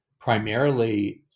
primarily